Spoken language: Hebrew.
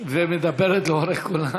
ומדברת לאורך כל,